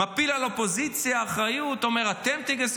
מפיל על האופוזיציה אחריות, אומר: אתם תגייסו.